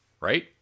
right